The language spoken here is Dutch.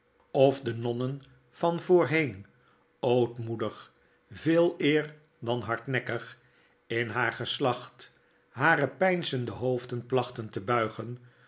of de nonnen van voorheen ootmoedig veeleer dan hardnekkig in haar geslacht hare peinzende hoofden plachten te buigen